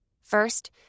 First